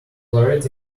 already